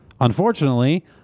Unfortunately